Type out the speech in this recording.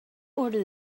order